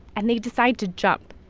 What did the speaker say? and they decide to jump,